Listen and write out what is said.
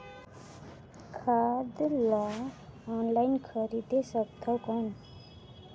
खाद ला ऑनलाइन खरीदे सकथव कौन?